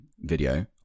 video